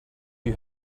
you